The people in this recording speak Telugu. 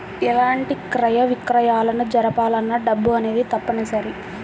ఎలాంటి క్రయ విక్రయాలను జరపాలన్నా డబ్బు అనేది తప్పనిసరి